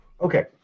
Okay